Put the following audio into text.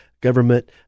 government